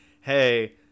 hey